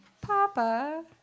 Papa